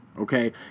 okay